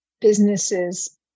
businesses